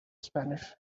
spanish